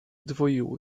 dwoiło